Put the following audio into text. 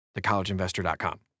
TheCollegeInvestor.com